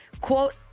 quote